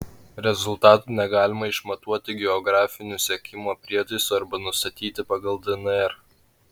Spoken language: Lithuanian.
rezultatų negalima išmatuoti geografiniu sekimo prietaisu arba nustatyti pagal dnr